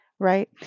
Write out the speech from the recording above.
Right